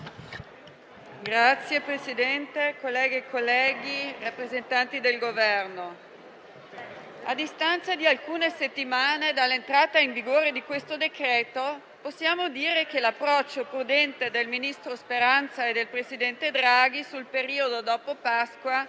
Signor Presidente, colleghe e colleghi, rappresentanti del Governo, a distanza di alcune settimane dall'entrata in vigore di questo decreto-legge, possiamo dire che l'approccio prudente del ministro Speranza e del presidente Draghi sul periodo dopo Pasqua